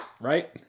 Right